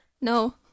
No